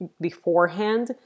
beforehand